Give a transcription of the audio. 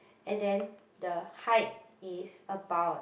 and then the height is about